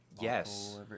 yes